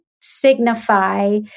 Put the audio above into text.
signify